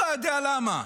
לא יודע למה.